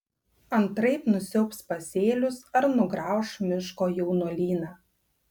antraip nusiaubs pasėlius ar nugrauš miško jaunuolyną